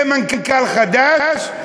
יהיה מנכ"ל חדש,